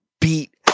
beat